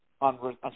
on